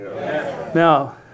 Now